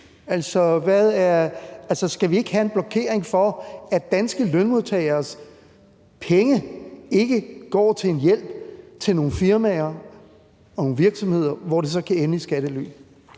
Skal vi ikke have en blokering for, at danske lønmodtageres penge går til en hjælp til nogle firmaer og nogle virksomheder, hvor det så kan ende i skattely?